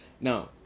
now